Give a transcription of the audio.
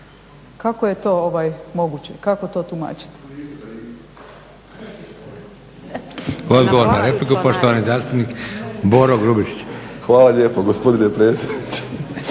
kako je to moguće? Kako to tumačiti?